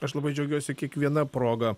aš labai džiaugiuosi kiekviena proga